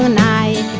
ah nine